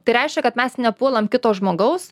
tai reiškia kad mes nepuolam kito žmogaus